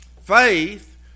Faith